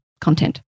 content